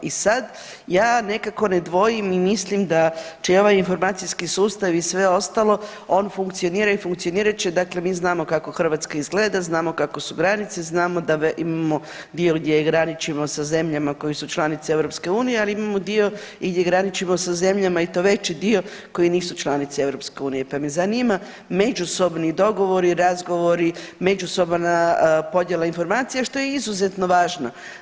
I sad ja nekako ne dvojim i mislim da će i ovaj informacijski sustav i sve ostalo on funkcionira i funkcionirat će dakle mi znamo kako Hrvatska izgleda, znamo kako su granice, znamo da imamo dio gdje graničimo sa zemljama koje su članice EU, ali imamo dio i gdje graničimo sa zemljama i to veći dio koji nisu članice EU, pa me zanima međusobni dogovori i razgovori, međusobna podjela informacija, što je izuzetno važno.